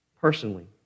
personally